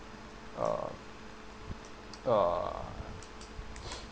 err err